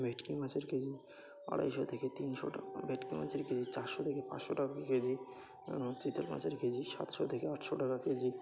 ভেটকি মাছের কেজি আড়াইশো থেকে তিনশো টাকা ভেটকি মাছের কেজি চারশো থেকে পাঁচশো টাকা কেজি চিতল মাছের কেজি সাতশো থেকে আটশো টাকা কেজি